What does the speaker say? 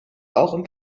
auch